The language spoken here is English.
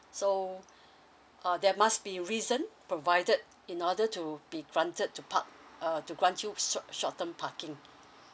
so uh there must be reason provided in order to be granted to park uh to grant you short short term parking